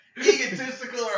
Egotistical